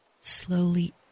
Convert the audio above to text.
slowly